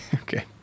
Okay